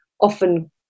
often